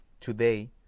today